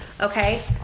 okay